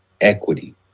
equity